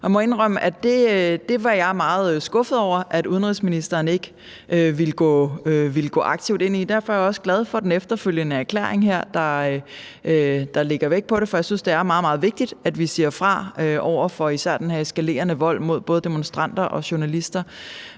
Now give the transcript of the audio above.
jeg var meget skuffet over, at udenrigsministeren ikke ville gå aktivt ind i det, og derfor er jeg også glad for den efterfølgende erklæring her, der lægger vægt på det, for jeg synes, det er meget, meget vigtigt, at vi siger fra over for især den eskalerende vold mod både demonstranter og journalister.